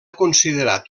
considerat